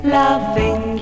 loving